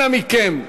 אנא מכם.